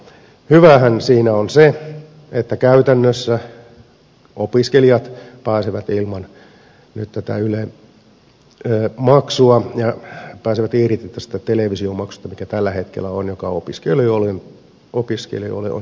hyväähän siinä on se että käytännössä opiskelijat pääsevät ilman tätä yle maksua ja pääsevät irti tästä televisiomaksusta joka tällä hetkellä on ja joka opiskelijoille on erittäin kova